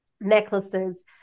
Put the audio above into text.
necklaces